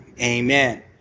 Amen